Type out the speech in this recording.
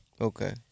Okay